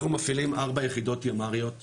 אנחנו מפעילים ארבע יחידות ימ"ריות ייעודיות,